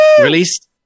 Released